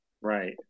Right